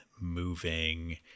moving